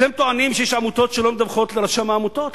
אתם טוענים שיש עמותות שלא מדווחות לרשם העמותות.